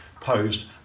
posed